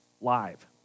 live